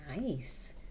Nice